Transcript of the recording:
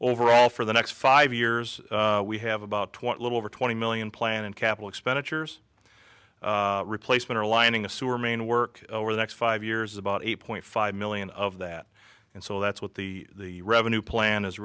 overall for the next five years we have about twenty little over twenty million plan and capital expenditures replacement or aligning a sewer main work over the next five years about eight point five million of that and so that's what the revenue plan is